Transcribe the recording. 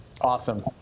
Awesome